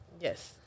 Yes